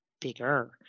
bigger